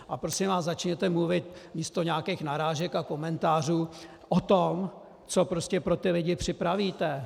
A prosím vás, začněte mluvit místo nějakých narážek a komentářů o tom, co prostě pro ty lidi připravíte.